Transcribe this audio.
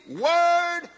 Word